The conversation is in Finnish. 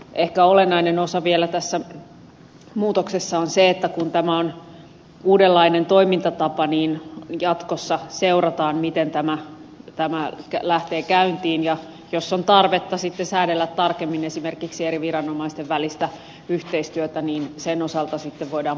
ehkä olennainen osa vielä tässä muutoksessa on se että kun tämä on uudenlainen toimintatapa niin jatkossa seurataan miten tämä lähtee käyntiin ja jos on tarvetta sitten säädellä tarkemmin esimerkiksi eri viranomaisten välistä yhteistyötä niin sen osalta sitten voidaan palata tähän